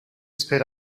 spit